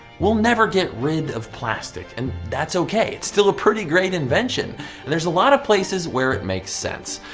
we'll never get rid of plastic, and that's ok. it's still a pretty great invention, and there's a lot of places where it makes sense.